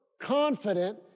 confident